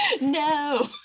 no